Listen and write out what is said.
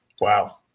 Wow